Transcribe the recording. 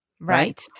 Right